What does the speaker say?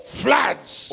floods